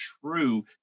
true